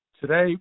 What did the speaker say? Today